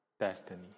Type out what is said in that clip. destiny